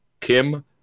Kim